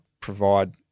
provide